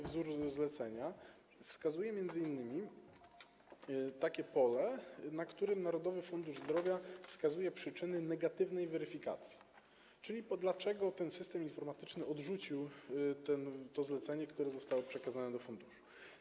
Wzór zlecenia ma m.in. takie pole, na którym Narodowy Fundusz Zdrowia wskazuje przyczynę negatywnej weryfikacji, czyli to, dlaczego system informatyczny odrzucił to zlecenie, które zostało przekazane do funduszu.